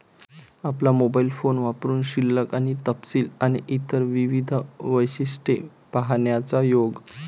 आपला mobile phone वापरुन शिल्लक आणि तपशील आणि इतर विविध वैशिष्ट्ये पाहण्याचा योग